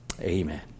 amen